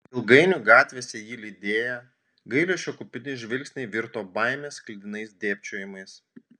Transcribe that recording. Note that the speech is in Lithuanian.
ilgainiui gatvėse jį lydėję gailesčio kupini žvilgsniai virto baimės sklidinais dėbčiojimais